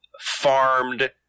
farmed